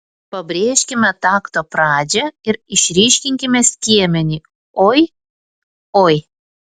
pabrėžkime takto pradžią ir išryškinkime skiemenį oi oi